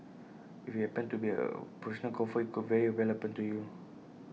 if happened to be A professional golfer IT could very well happen to you